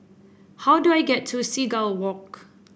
how do I get to Seagull Walk